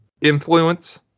influence